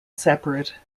separate